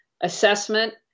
assessment